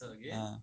ah